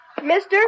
Mister